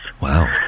Wow